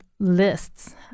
lists